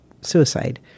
suicide